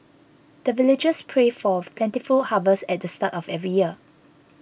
the villagers pray for plentiful harvest at the start of every year